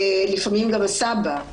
לפעמים גם לסבא,